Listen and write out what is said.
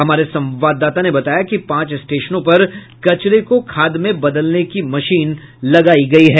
हमारे संवाददाता ने बताया कि पांच स्टेशनों पर कचरे को खाद में बदलने की मशीनें लगाई गयी हैं